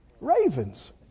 Ravens